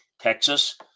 Texas